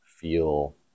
feel